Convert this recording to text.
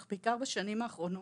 אך בעיקר בשנים האחרונות,